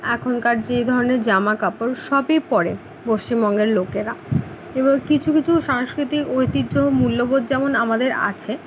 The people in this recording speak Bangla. এখনকার যে ধরনের জামা কাপড় সবই পরে পশ্চিমবঙ্গের লোকেরা এবার কিছু কিছু সাংস্কৃতিক ঐতিহ্য ও মূল্যবোধ যেমন আমাদের আছে